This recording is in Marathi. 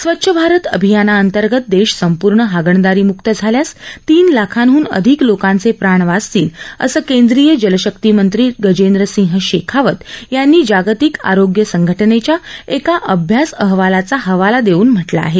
स्वच्छ भारत अभियानाअंतर्गत देश संपूर्ण हागणदारीम्क्त झाल्यास तीन लाखांहन अधिक लोकांचे प्राण वाचतील असं केंद्रीय जलशक्ती मंत्री गजेंद्रसिंह शेखावत यांनी जागतिक आरोग्य संघटनेच्या एका अभ्यास अहवालाचा हवाला देऊन म्हटलं आहे